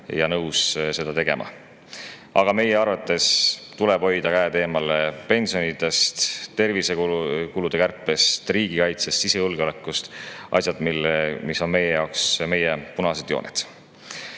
ja nõus seda tegema. Aga meie arvates tuleb hoida käed eemal pensionidest, tervisekulude kärpest, riigikaitsest ja sisejulgeolekust – need on asjad, mis on meie jaoks punased jooned.